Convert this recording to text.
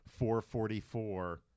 444